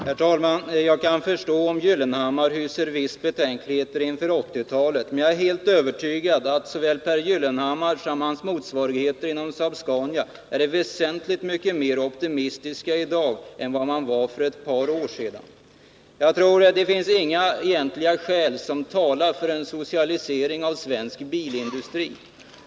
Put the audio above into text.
Herr talman! Jag kan förstå om Pehr Gyllenhammar hyser vissa betänkligheter inför 1980-talet. Men jag är helt övertygad om att såväl Pehr Gyllenhammar som hans motsvarigheter inom Saab-Scania är väsentligt mer optimistiska i dag än vad man var för ett par år sedan. Det finns enligt min mening inga egentliga skäl som talar för en socialisering av svensk bilindustri.